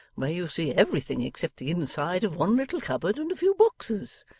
where you see everything except the inside of one little cupboard and a few boxes?